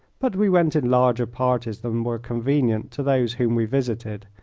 but we went in larger parties than were convenient to those whom we visited,